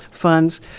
funds